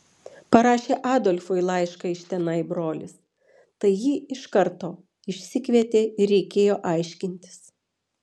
parašė adolfui laišką iš tenai brolis tai jį iš karto išsikvietė ir reikėjo aiškintis